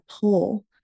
pull